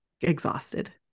exhausted